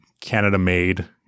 Canada-made